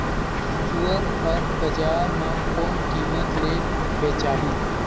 सुअर हर बजार मां कोन कीमत ले बेचाही?